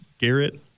Garrett